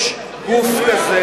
יש תעודה,